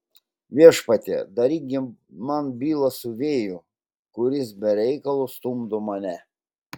viešpatie daryk gi man bylą su vėju kuris be reikalo stumdo mane